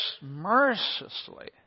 mercilessly